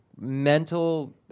mental